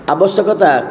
ଆବଶ୍ୟକତା